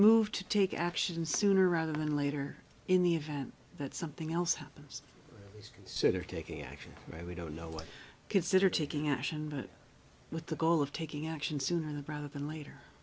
move to take action sooner rather than later in the event that something else happens consider taking action and we don't know what consider taking action with the goal of taking action sooner rather than later